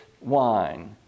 wine